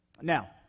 Now